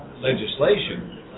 legislation